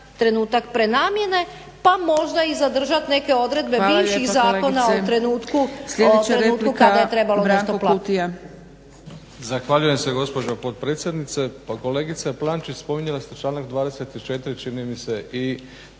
trenutak prenamjene, pa možda i zadržat neke odredbe bivših zakona o trenutku kada je trebalo nešto platiti.